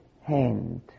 hand